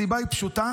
הסיבה היא פשוטה: